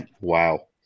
Wow